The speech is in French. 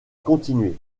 continué